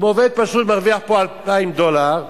אם עובד פשוט פה מרוויח 2,000 דולר,